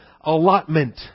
allotment